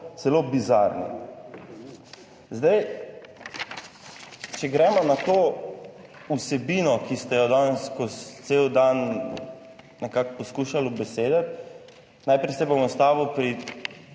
celo bizarni. Zdaj, če gremo na to vsebino, ki ste jo danes skozi cel dan nekako poskušali ubesediti. Najprej se bom ustavil pri